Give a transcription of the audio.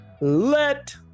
Let